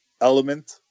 element